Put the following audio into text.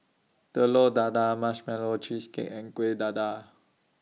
Telur Dadah Marshmallow Cheesecake and Kueh Dadar